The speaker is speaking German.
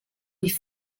wie